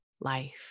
life